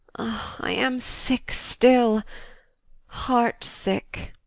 i am sick still heart-sick.